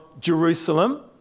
Jerusalem